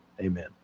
amen